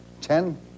Ten